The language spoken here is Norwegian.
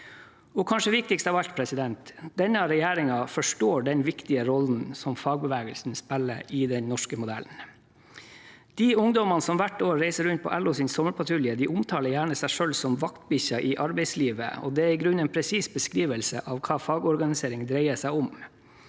Og kanskje viktigst av alt: Denne regjeringen forstår den viktige rollen som fagbevegelsen spiller i den norske modellen. De ungdommene som hvert år reiser rundt på LOs sommerpatrulje, omtaler gjerne seg selv som «vaktbikkja i arbeidslivet», og det er i grunnen en presis beskrivelse av hva fagorganisering dreier seg om.